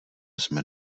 jsme